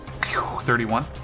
31